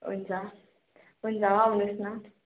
हुन्छ हुन्छ आउनु होस् न